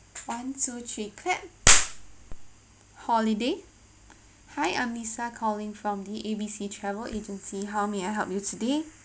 one two three clap holiday hi I'm lisa calling from the A_B_C travel agency how may I help you today